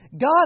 God